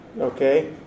Okay